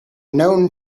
known